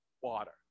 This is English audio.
Water